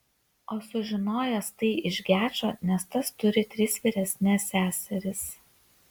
o sužinojęs tai iš gečo nes tas turi tris vyresnes seseris